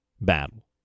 battle